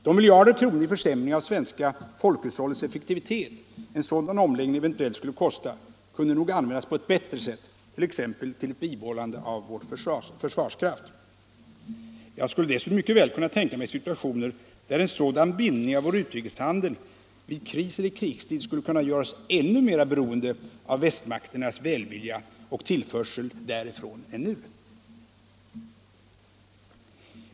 De miljarder kronor, i försämring av svenska folkhushållets effektivitet, en sådan omläggning eventuellt skulle kosta kunde nog användas på ett bättre sätt, t.ex. till ett bibehållande av vår försvarskraft. Jag skulle dessutom mycket väl kunna tänka mig situationer där en sådan bindning av vår utrikeshandel i kriseller krigstid skulle kunna göra oss ännu mera beroende av västmakternas välvilja och tillförsel därifrån än nu.